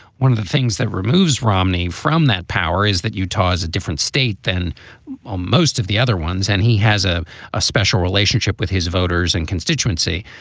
one of the things that removes romney from that power is that utah is a different state than um most of the other ones. and he has ah a special relationship with his voters and constituency.